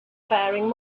faring